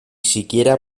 siquiera